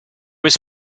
was